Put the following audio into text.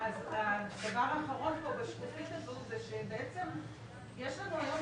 -- הדבר האחרון בשקופית הזאת זה שבעצם יש לנו היום